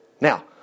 Now